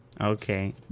okay